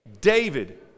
David